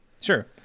Sure